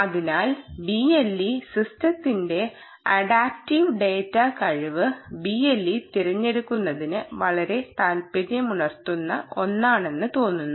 അതിനാൽ BLE സിസ്റ്റത്തിന്റെ adaptive data കഴിവ് BLE തിരഞ്ഞെടുക്കുന്നതിന് വളരെ താൽപ്പര്യമുണർത്തുന്ന ഒന്നാണെന്ന് തോന്നുന്നു